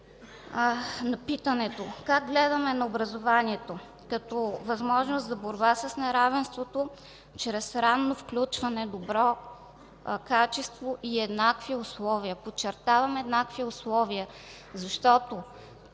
на питането: как гледаме на образованието? – Като възможност за борба с неравенството чрез ранно включване, добро качество и еднакви условия. Подчертавам, еднакви условия, защото